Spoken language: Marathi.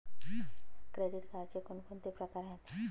क्रेडिट कार्डचे कोणकोणते प्रकार आहेत?